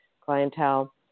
clientele